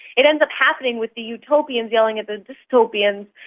it ends up happening with the utopians yelling at the dystopians.